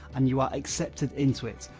and you are accepted into it.